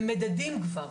והם מדדים כבר.